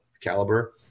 caliber